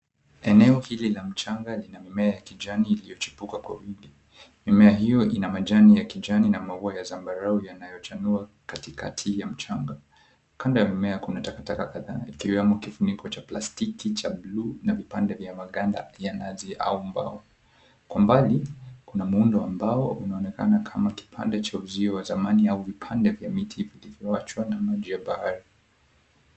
Eneo hili la mchanga lina mimea ya kijani iliyochipuka kwa wingi. Mimea hiyo ina majani ya kijani na maua ya zambarau yanayochanua katikati ya mchanga. Kando ya mimea kuna takataka kadhaa ikiwemo kifuniko cha plastiki cha buluu na vipande vya maganda ya nazi au mbao. Kwa mbali kuna muundo wa mbao unaonekana kama kipande cha uzio wa zamani au vipande vya miti vilivyaochwa na maji ya bahari.